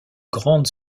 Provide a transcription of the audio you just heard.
grande